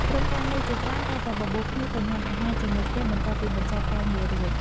ក្រុមការងារជាច្រើនតែងតែបបួលគ្នាទៅញ៉ាំអាហារជាមួយគ្នាបន្ទាប់ពីបញ្ចប់ការងាររួច។